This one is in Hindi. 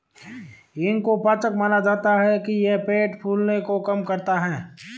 हींग को पाचक माना जाता है कि यह पेट फूलने को कम करता है